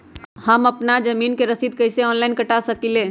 हम अपना जमीन के रसीद कईसे ऑनलाइन कटा सकिले?